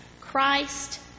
Christ